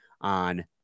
on